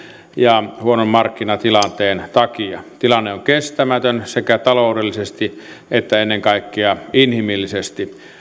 ja huonon markkinatilanteen takia tilanne on kestämätön sekä taloudellisesti että ennen kaikkea inhimillisesti